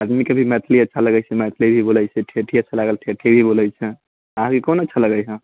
आदमीके भी मैथिली अच्छा लगैत छै मैथिली भी बोलैत छै ठेठी अच्छा लागल ठेठी भी बोलैत छै अहाँकेँ कोन अच्छा लगैत हऽ